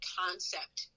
concept